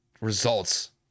results